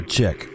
Check